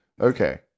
Okay